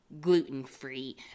gluten-free